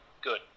good